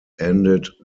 ended